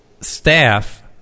staff